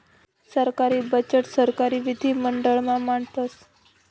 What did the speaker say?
सरकारी बजेट सरकारी विधिमंडळ मा मांडतस